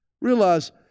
Realize